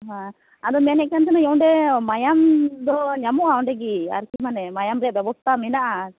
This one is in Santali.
ᱦᱮᱸ ᱟᱫᱚ ᱢᱮᱱᱮᱫ ᱠᱟᱱ ᱛᱟᱦᱮᱱᱟᱹᱧ ᱚᱸᱰᱮ ᱢᱟᱭᱟᱢ ᱫᱚ ᱧᱟᱢᱚᱜᱼᱟ ᱚᱸᱰᱮ ᱜᱮ ᱟᱨᱠᱤ ᱢᱟᱱᱮ ᱢᱟᱭᱟᱢ ᱨᱮᱭᱟᱜ ᱵᱮᱵᱚᱥᱛᱟ ᱢᱮᱱᱟᱜᱼᱟ